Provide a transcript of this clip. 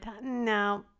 no